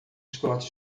scott